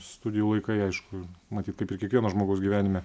studijų laikai aišku matyt kaip ir kiekvieno žmogaus gyvenime